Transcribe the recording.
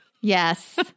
Yes